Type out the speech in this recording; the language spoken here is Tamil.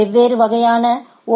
வெவ்வேறு வகையான ஓ